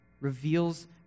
reveals